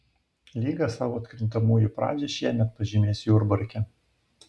lyga savo atkrintamųjų pradžią šiemet pažymės jurbarke